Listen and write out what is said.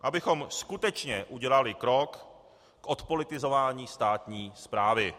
Abychom skutečně udělali krok k odpolitizování státní správy.